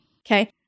okay